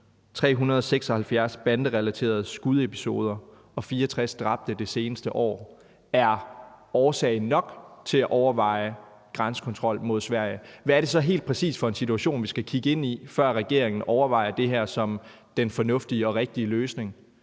376 banderelaterede skudepisoder og 64 dræbte det seneste år er årsag nok til at overveje grænsekontrol mod Sverige, hvad er det så helt præcis for en situation, vi skal kigge ind i, før regeringen overvejer det her som den fornuftige og rigtige løsning?